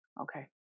Okay